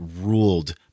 ruled